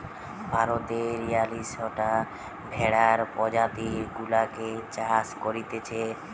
ভারতে বিয়াল্লিশটা ভেড়ার প্রজাতি গুলাকে চাষ করতিছে